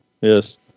Yes